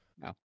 No